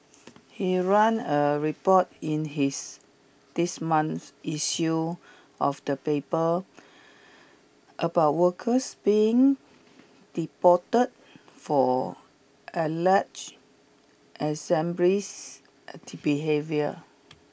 he ran a report in his this month's issue of the paper about workers being deported for alleged extremist behaviour